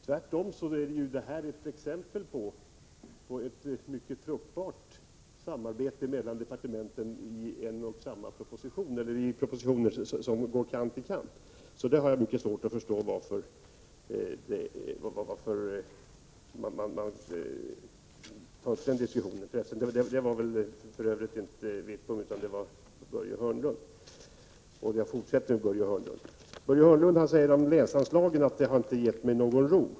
Tvärtom har vi ju här ett exempel på ett mycket fruktbart samarbete mellan departementen i propositioner som går kant i kant. Så jag har mycket svårt att förstå Börje Hörnlunds synpunkter därvidlag. Jag fortsätter med Börje Hörnlund. Han sade att länsanslagen inte har gett mig någon ro.